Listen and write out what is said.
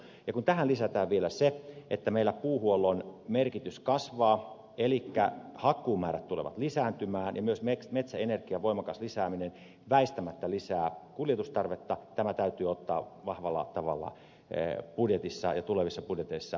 kun tähän lisätään vielä se että meillä puuhuollon merkitys kasvaa elikkä hakkuumäärät tulevat lisääntymään ja myös metsäenergian voimakas lisääminen väistämättä lisää kuljetustarvetta tämä täytyy ottaa vahvalla tavalla budjetissa ja tulevissa budjeteissa huomioon